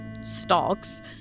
stalks